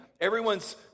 Everyone's